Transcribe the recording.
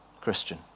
Christian